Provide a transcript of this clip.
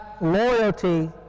loyalty